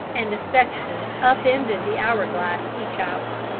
and the sexton up-ended the hourglass each hour.